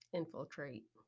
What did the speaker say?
infiltrate